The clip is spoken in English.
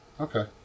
Okay